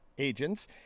agents